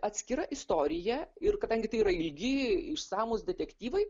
atskira istorija ir kadangi tai yra ilgi išsamūs detektyvai